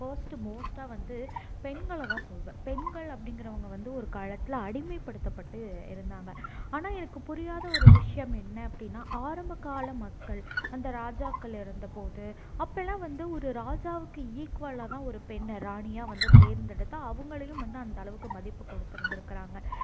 first மோஸ்டாக வந்து பெண்களைதான் சொல்வேன் பெண்கள் அப்படிங்கிறவங்க வந்து ஒரு காலத்தில் அடிமைப்படுத்தப்பட்டு இருந்தாங்க ஆனால் எனக்கு புரியாத ஒரு விஷயம் என்ன அப்படின்னா ஆரம்பக்கால மக்கள் அந்த ராஜாக்கள் இருந்தப்போது அப்பெல்லாம் வந்து ஒரு ராஜாவுக்கு ஈக்குவலாகதான் ஒரு பெண்ணை ராணியாக வந்து தேர்ந்தெடுத்து அவங்களையும் வந்து அந்த அளவுக்கு மதிப்பு கொடுத்துருந்திருக்குறாங்க